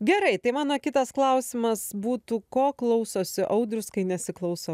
gerai tai mano kitas klausimas būtų ko klausosi audrius kai nesiklauso